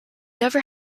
never